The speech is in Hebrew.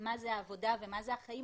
מה זה העבודה ומה זה החיים,